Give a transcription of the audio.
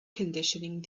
conditioning